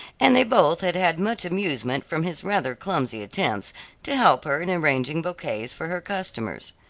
and they both had had much amusement from his rather clumsy attempts to help her in arranging bouquets for her customers.